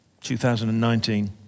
2019